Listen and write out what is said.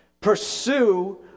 pursue